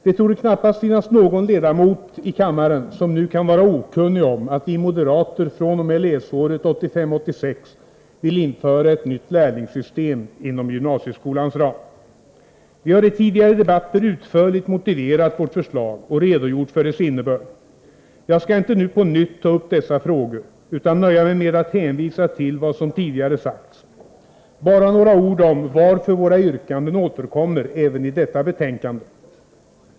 Det torde knappast finnas någon ledamot i kammaren som ännu kan vara okunnig om att vi moderater fr.o.m. läsåret 1985/86 vill införa ett nytt lärlingssystem inom gymnasieskolans ram. Vi har i tidigare debatter utförligt motiverat vårt förslag och redogjort för dess innebörd. Jag skall inte nu på nytt ta upp dessa frågor, utan nöja mig med att hänvisa till vad som tidigare sagts. Bara några ord om varför våra yrkanden återkommer i reservationer även till detta betänkande.